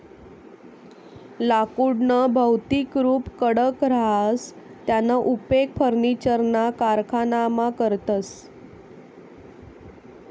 लाकुडनं भौतिक रुप कडक रहास त्याना उपेग फर्निचरना कारखानामा करतस